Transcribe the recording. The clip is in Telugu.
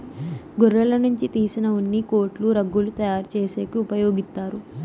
గొర్రెల నుంచి తీసిన ఉన్నిని కోట్లు, రగ్గులు తయారు చేసేకి ఉపయోగిత్తారు